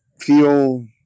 feel